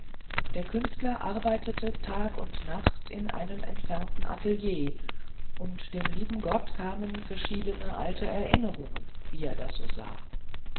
der künstler arbeitete tag und nacht in einem entfernten atelier und dem lieben gott kamen verschiedene alte erinnerungen wie er das so sah